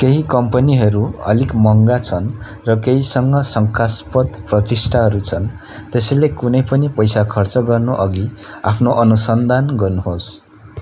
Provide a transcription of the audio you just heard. केही कम्पनीहरू अलिक महँगा छन् र केहीसँग शङ्कास्पद प्रतिष्ठाहरू छन् त्यसैले कुनै पनि पैसा खर्च गर्नु अघि आफ्नो अनुसन्धान गर्नुहोस्